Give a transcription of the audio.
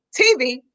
TV